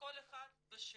כל אחד בשלו.